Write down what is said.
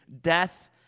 death